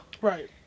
Right